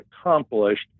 accomplished